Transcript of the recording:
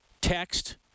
text